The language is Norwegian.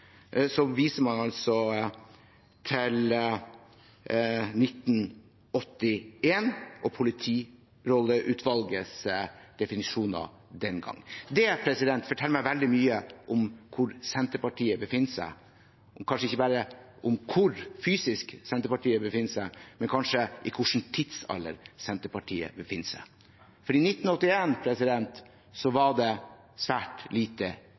viser man til 1981 og Politirolleutvalgets definisjoner den gang. Det forteller meg veldig mye om hvor Senterpartiet befinner seg, kanskje ikke bare om hvor de befinner seg fysisk, men om hva slags tidsalder de befinner seg i, for i 1981 var internettkriminalitet svært lite